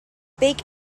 bake